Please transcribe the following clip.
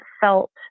felt